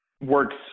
works